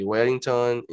Wellington